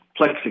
plexiglass